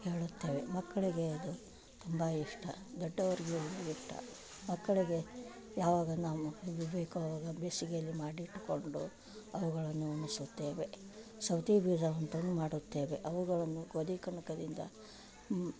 ಹೇಳುತ್ತೇವೆ ಮಕ್ಕಳಿಗೆ ಅದು ತುಂಬ ಇಷ್ಟ ದೊಡ್ಡವರಿಗೂ ಇಷ್ಟ ಮಕ್ಕಳಿಗೆ ಯಾವಾಗ ನಾವು ಬೇಕೋ ಆವಾಗ ಬೇಸಿಗೆಯಲ್ಲಿ ಮಾಡಿಟ್ಟುಕೊಂಡು ಅವುಗಳನ್ನು ಉಣಿಸುತ್ತೇವೆ ಸೌತೇ ಬೀಜವನ್ನು ತಂದು ಮಾಡುತ್ತೇವೆ ಅವುಗಳನ್ನು ಗೋದಿ ಕಣಕದಿಂದ